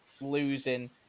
losing